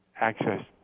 access